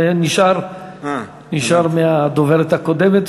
זה נשאר מהדוברת הקודמת,